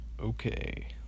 Okay